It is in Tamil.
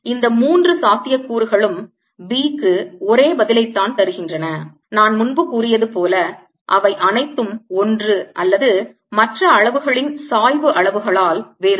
இந்த மூன்று சாத்தியக்கூறுகளும் B க்கு ஒரே பதிலைத்தான் தருகின்றன நான் முன்பு கூறியது போல அவை அனைத்தும் ஒன்று அல்லது மற்ற அளவுகளின் சாய்வு அளவுகளால் வேறுபடும்